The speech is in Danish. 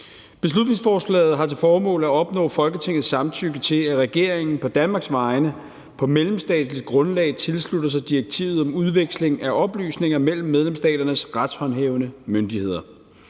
Beslutningsforslaget har til formål at opnå Folketingets samtykke til, at regeringen på Danmarks vegne på mellemstatsligt grundlag tilslutter sig direktivet om udveksling af oplysninger mellem medlemsstaternes retshåndhævende myndigheder.